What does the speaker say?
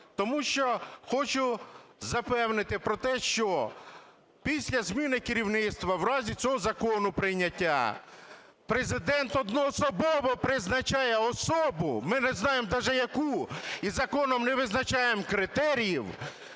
Тому що хочу запевнити про те, що після зміни керівництва в разі цього закону прийняття Президент одноособово призначає особи, ми не знаємо даже, яку, і законом не визначаємо критеріїв